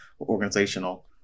organizational